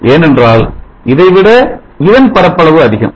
ஏனென்றால் இதைவிட இதன் பரப்பளவு அதிகம்